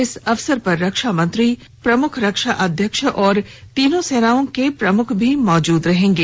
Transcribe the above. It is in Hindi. इस अवसर पर रक्षा मंत्री प्रमुख रक्षा अध्यक्ष और तीनों सेनाओं के प्रमुख भी मौजूद रहेंगे